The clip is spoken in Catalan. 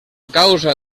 causa